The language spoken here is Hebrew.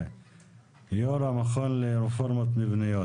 יו"ר המכון לרפורמות מבניות.